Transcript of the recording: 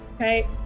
Okay